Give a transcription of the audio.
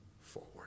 forward